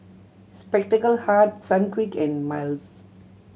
Spectacle Hut Sunquick and Miles